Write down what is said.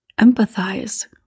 empathize